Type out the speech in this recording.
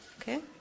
Okay